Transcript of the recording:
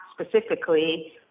specifically